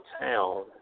town